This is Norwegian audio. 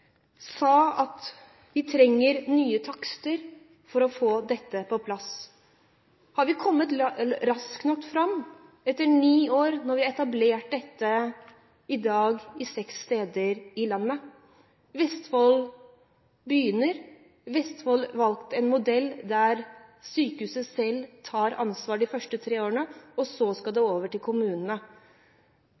sa at vi trenger nye takster for å få dette på plass. Har dette gått raskt nok når vi etter ni år har etablert dette på seks steder i landet? Vestfold har valgt en modell der sykehuset selv tar ansvar de første tre årene. Så skal det over til kommunene.